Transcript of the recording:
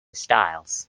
styles